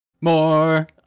more